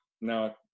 now